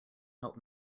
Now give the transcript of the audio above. help